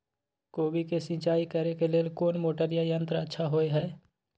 कोबी के सिंचाई करे के लेल कोन मोटर या यंत्र अच्छा होय है?